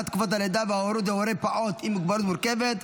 תקופת הלידה וההורות להורי פעוט עם מוגבלות מורכבת),